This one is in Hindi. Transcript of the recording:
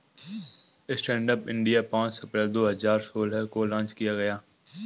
स्टैंडअप इंडिया पांच अप्रैल दो हजार सोलह को लॉन्च किया गया